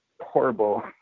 horrible